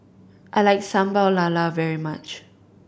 I like Sambal Lala very much